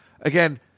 Again